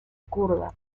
kurda